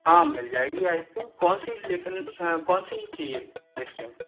हाँ मिल जाएगी आइसक्रीम कौन सी लेकिन कौन सी चाहिए आइसक्रीम